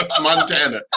Montana